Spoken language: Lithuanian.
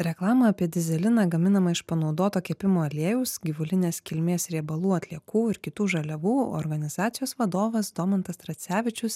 reklamą apie dyzeliną gaminamą iš panaudoto kepimo aliejaus gyvulinės kilmės riebalų atliekų ir kitų žaliavų organizacijos vadovas domantas tracevičius